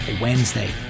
Wednesday